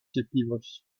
cierpliwość